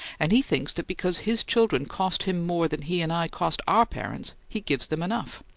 and he thinks that because his children cost him more than he and i cost our parents he gives them enough!